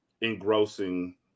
engrossing